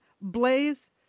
Blaze